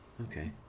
Okay